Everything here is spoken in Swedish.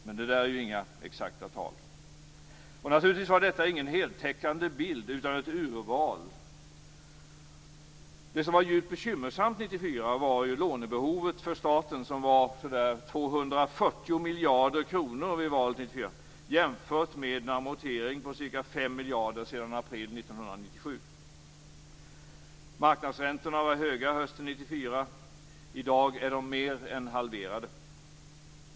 Men det är inga exakta tal. Detta är naturligtvis ingen heltäckande bild, utan ett urval. Det som var djupt bekymmersamt 1994 var lånebehovet för staten, som var 240 miljarder kronor vid valet 1994, jämfört med en amortering på ca 5 miljarder sedan april 1997. Marknadsräntorna var höga hösten 1994, och i dag är de mer än halverade.